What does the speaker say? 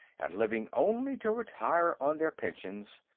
and living only to retire on their pensions.